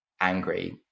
angry